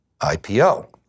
IPO